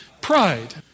pride